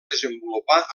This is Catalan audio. desenvolupar